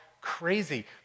crazy